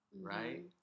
right